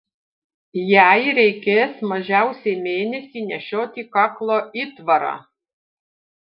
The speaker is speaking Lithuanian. jai reikės mažiausiai mėnesį nešioti kaklo įtvarą